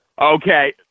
Okay